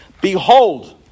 Behold